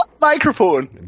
microphone